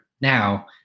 now